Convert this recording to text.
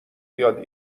بیاد